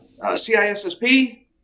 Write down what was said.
CISSP